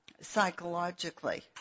psychologically